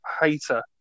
hater